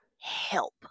help